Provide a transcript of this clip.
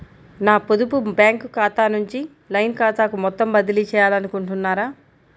నా పొదుపు బ్యాంకు ఖాతా నుంచి లైన్ ఖాతాకు మొత్తం బదిలీ చేయాలనుకుంటున్నారా?